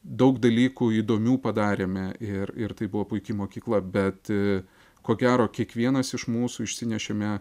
daug dalykų įdomių padarėme ir ir tai buvo puiki mokykla bet ko gero kiekvienas iš mūsų išsinešėme